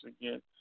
again